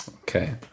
Okay